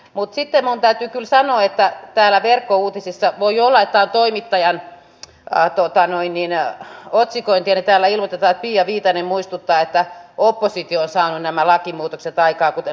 mutsi tenon täytyy sanoa että täällä verkkouutisissa voi laittaa toimittajan kaatoi taannoin niinä otsikointi ei täällä ilmentävät pia viitanen muistuttaa että oppositiossa on nämä lakimuutokset aikaan kuten